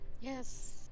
Yes